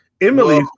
Emily